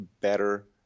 better